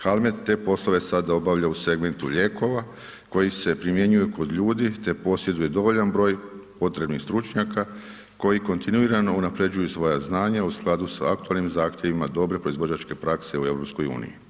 HALMED te poslove sada obavlja u segmentu lijekova, koji se primjenjuju kod ljudi te posjeduje dovoljan broj potrebnih stručnjaka koji kontinuirano unaprjeđuju svoja znanja u skladu sa aktualnim zahtjevima dobre proizvođačke prakse u EU.